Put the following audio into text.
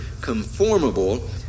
conformable